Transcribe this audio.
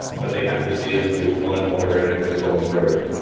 but they have to deal with one moderator who's gone rogue.